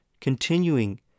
continuing